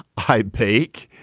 hi, pake.